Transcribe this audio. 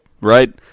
Right